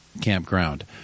campground